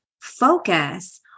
focus